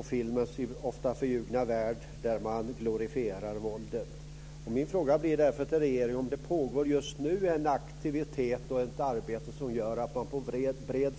I filmens ofta förljugna värld glorifierar man våldet. Min fråga till regeringen blir om det just nu pågår en aktivitet och ett arbete som gör att man på bred